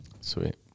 Sweet